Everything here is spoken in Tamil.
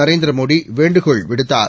நரேந்திர மோடி வேண்டுகோள் விடுத்தார்